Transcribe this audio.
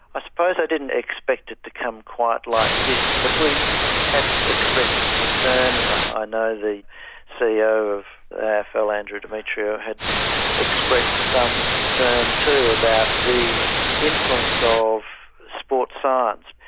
ah suppose i didn't expect it to come quite like this, but we had expressed concern and i and know the ceo of the afl andrew demetriou had expressed some concern too about the influence ah of sports science.